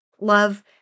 love